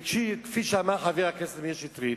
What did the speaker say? וכפי שאמר חבר הכנסת מאיר שטרית,